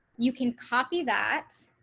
you can copy that.